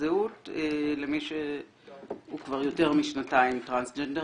הזהות למי שהוא כבר יותר משנתיים טרנסג'נדר,